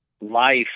life